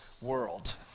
world